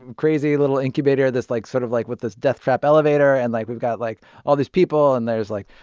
and crazy little incubator, this, like, sort of, like, with this death-trap elevator. and, like, we've got, like, all these people. and there's, like,